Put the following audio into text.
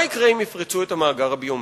מה יקרה אם יפרצו את המאגר הביומטרי?